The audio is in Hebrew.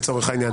לצורך העניין.